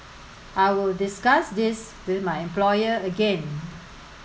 I will discuss this with my employer again